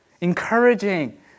encouraging